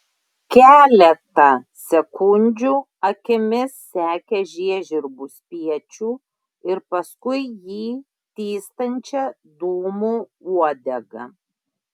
keletą sekundžių akimis sekė žiežirbų spiečių ir paskui jį tįstančią dūmų uodegą